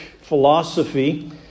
philosophy